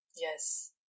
yes